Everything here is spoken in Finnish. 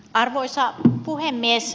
arvoisa puhemies